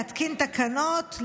להתקין תקנות,